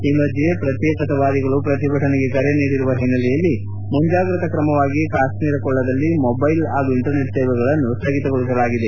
ಈ ಮಧ್ಯೆ ಪ್ರತ್ಯೇಕತಾವಾದಿಗಳು ಪ್ರತಿಭಟನೆಗೆ ಕರೆ ನೀಡಿರುವ ಹಿನ್ನೆಲೆಯಲ್ಲಿ ಮುಂಜಾಗ್ರತಾ ಕ್ರಮವಾಗಿ ಕಾಶ್ಟೀರ ಕೊಳದಲ್ಲಿ ಮೊಬೈಲ್ ಹಾಗೂ ಇಂಟರ್ನೆಟ್ ಸೇವೆಗಳನ್ನು ಸ್ಥಗಿತಗೊಳಿಸಲಾಗಿದೆ